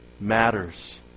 matters